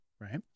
right